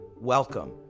welcome